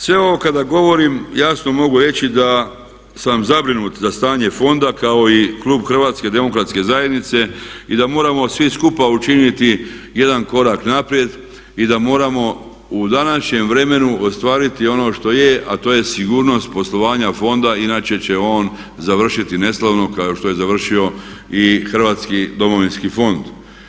Sve ovo kada govorim jasno mogu reći da sam zabrinut za stanje fonda kao i klub HDZ-a i da moramo svi skupa učiniti jedan korak naprijed i da moramo u današnjem vremenu ostvariti ono što je, a to je sigurnost poslovanja fonda inače će on završiti neslavno kao što je završio i Hrvatski domovinski fond.